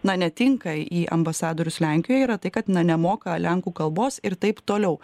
na netinka į ambasadorius lenkijoje yra tai kad na nemoka lenkų kalbos ir taip toliau